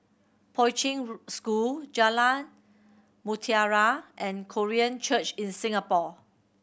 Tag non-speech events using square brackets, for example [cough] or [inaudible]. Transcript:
Poi Ching [unintelligible] School Jalan Mutiara and Korean Church in Singapore